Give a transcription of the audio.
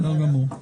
בסדר גמור.